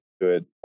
good